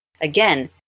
Again